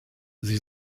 sie